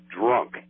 drunk